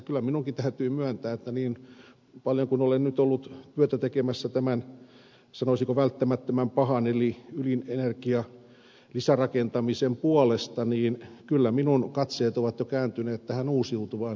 kyllä minunkin täytyy myöntää että niin paljon kuin nyt olen ollut työtä tekemässä tämän sanoisinko välttämättömän pahan eli ydinenergialisärakentamisen puolesta niin kyllä minun katseeni on jo kääntynyt tähän uusiutuvaan